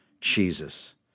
Jesus